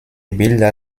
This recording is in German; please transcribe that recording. bilder